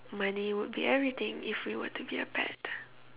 money would be everything if we were to be a pet